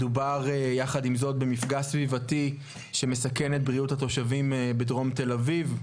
מדובר יחד עם זאת במפגע סביבתי שמסכן את בריאות התושבים בדרום תל אביב.